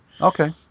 Okay